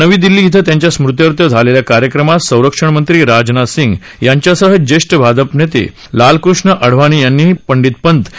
नवी दिल्ली इथं त्यांच्या स्मृत्यर्थ झालेल्या कार्यक्रमात संरक्षण मंत्री राजनाथसिंग यांच्यासह ज्येष्ठ भाजप नेते लालकृष्ण अडवाणी यांनी पंडित पंत यांना आदरांजली वाहिली